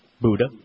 Buddha